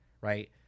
right